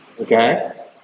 Okay